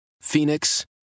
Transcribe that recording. Phoenix